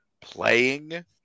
playing